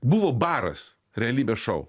buvo baras realybės šou